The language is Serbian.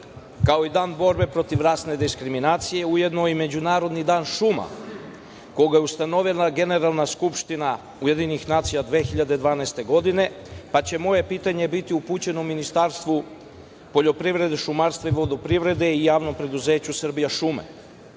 kao i Dan borbe protiv rasne diskriminacije ujedno i Međunarodni dan šuma, koga je ustanovila Generalna skupština UN 2012. godine, pa će moje pitanje biti upućeno Ministarstvu poljoprivrede, šumarstva i vodoprivrede i Javnom preduzeću Srbije šume,